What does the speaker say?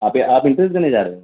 آپ آپ انٹریس دینے جا رہے ہو